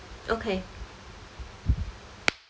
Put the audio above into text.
okay